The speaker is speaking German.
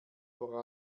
vor